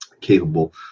capable